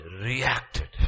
reacted